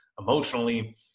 emotionally